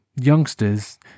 youngsters